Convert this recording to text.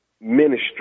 Ministry